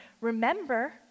Remember